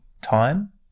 time